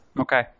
okay